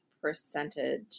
percentage